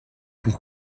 pour